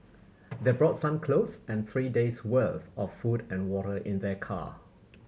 they brought some clothes and three days worth of food and water in their car